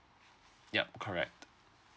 yup correct